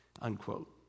unquote